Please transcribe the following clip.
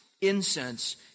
Incense